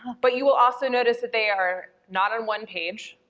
but you will also notice that they are not on one page.